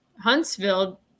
Huntsville